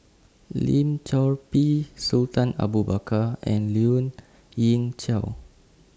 Lim Chor Pee Sultan Abu Bakar and Lien Ying Chow